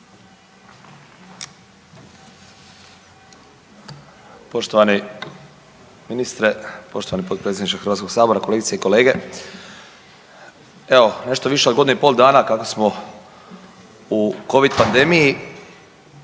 Poštovani ministre, poštovani potpredsjedniče Hrvatskog sabora, kolegice i kolege, evo nešto više od godinu i pol dana kada smo u Covid pandemiji